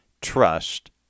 trust